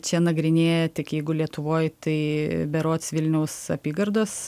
čia nagrinėja tik jeigu lietuvoj tai berods vilniaus apygardos